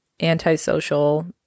antisocial